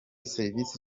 serivisi